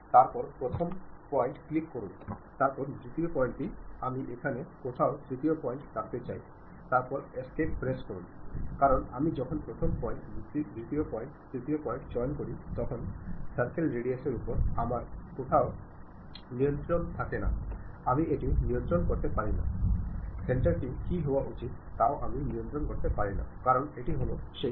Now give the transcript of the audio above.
പൊതു ഉദ്ദേശ്യ ആശയവിനിമയം നിങ്ങളുടെ സുഹൃത്തുക്കൾ ബന്ധുക്കൾ എന്നിവയ്ക്കിടയിലാണ് അവിടെ നിങ്ങൾക്ക് വാക്കുകളിൽ വലിയ നിയന്ത്രണമില്ല നിങ്ങൾ വളരെ സാധാരണരീതിയിൽ ഇടപഴകും അവിടെ ചിലപ്പോൾ വ്യംഗ്യാർത്ഥത്തിൽ പ്രയോഗിക്കാം ഒപ്പം നിങ്ങളുടെ സുഹൃത്ത് പറഞ്ഞേക്കാവുന്ന വിശദീകരണവും ഉണ്ടായിരിക്കാം